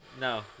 No